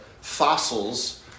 fossils